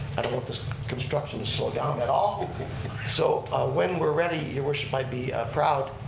i don't want this construction to slow down at all so when we're ready, your worship, i'd be proud